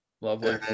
Lovely